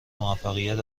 موفقیت